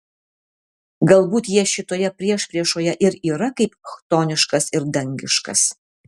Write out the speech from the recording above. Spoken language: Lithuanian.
galbūt jie šitoje priešpriešoje ir yra kaip chtoniškas ir dangiškas